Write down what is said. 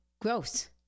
gross